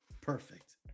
Perfect